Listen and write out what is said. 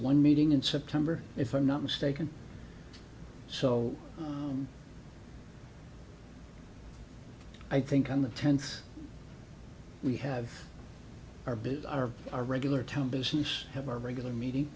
one meeting in september if i'm not mistaken so i think on the tenth we have our build our our regular town business have our regular meeting